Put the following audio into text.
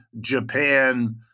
Japan